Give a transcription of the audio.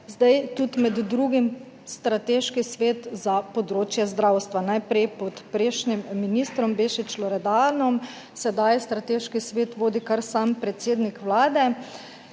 zdaj tudi med drugim strateški svet za področje zdravstva, najprej pod prejšnjim ministrom Bešič Loredanom, sedaj strateški svet vodi kar sam predsednik Vlade